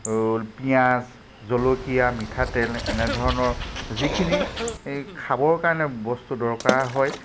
পিঁয়াজ জলকীয়া মিঠাতেল এনেধৰণৰ যিখিনি খাবৰ কাৰণে বস্তু দৰকাৰ হয়